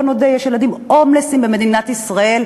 בואו נודה: יש ילדים הומלסים במדינת ישראל,